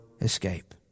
escape